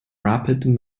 rapid